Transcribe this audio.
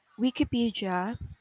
wikipedia